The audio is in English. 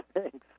thanks